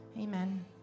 Amen